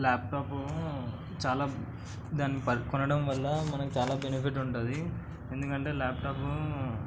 laptop చాలా దాన్ని పర్ కొనడం వల్ల మనకి చాలా బెనిఫిట్ ఉంటుంది ఎందుకంటే ల్యాప్టాపు